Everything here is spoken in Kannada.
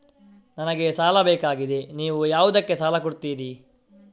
ನನಗೆ ಸಾಲ ಬೇಕಾಗಿದೆ, ನೀವು ಯಾವುದಕ್ಕೆ ಸಾಲ ಕೊಡ್ತೀರಿ?